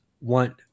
want